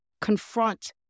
confront